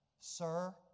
Sir